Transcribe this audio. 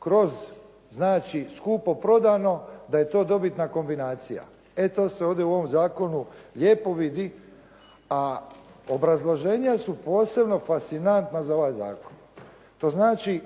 kroz skupo prodano da je to dobitna kombinacija. E to se ovdje u ovom zakonu lijepo vidi, a obrazloženja su posebno fascinantna za ovaj zakon. To znači